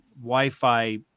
Wi-Fi